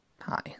hi